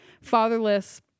fatherless